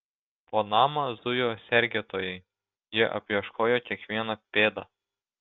po namą zujo sergėtojai jie apieškojo kiekvieną pėdą